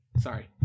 sorry